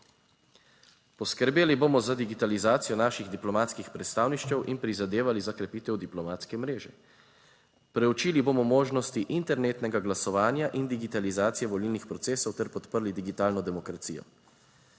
Poskrbeli bomo za digitalizacijo naših diplomatskih predstavništev in prizadevali za krepitev diplomatske mreže. Preučili bomo možnosti internetnega glasovanja in digitalizacije volilnih procesov ter podprli digitalno demokracijo.